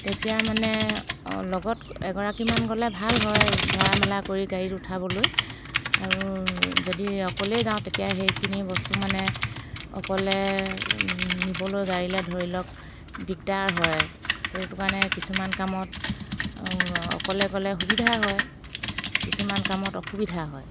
তেতিয়া মানে লগত এগৰাকীমান গ'লে ভাল হয় ধৰা মেলা কৰি গাড়ীত উঠাবলৈ আৰু যদি অকলেই যাওঁ তেতিয়া সেইখিনি বস্তু মানে অকলে নিবলৈ গাড়ীলৈ ধৰি লওক দিগদাৰ হয় সেইটো কাৰণে কিছুমান কামত অকলে গ'লে সুবিধা হয় কিছুমান কামত অসুবিধা হয়